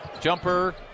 Jumper